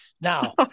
Now